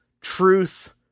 truth